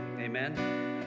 Amen